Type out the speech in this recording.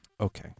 Okay